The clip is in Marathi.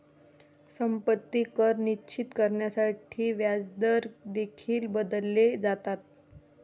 संपत्ती कर निश्चित करण्यासाठी व्याजदर देखील बदलले जातात